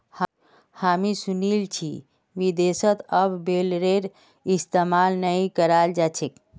हामी सुनील छि विदेशत अब बेलरेर इस्तमाल नइ कराल जा छेक